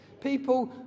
People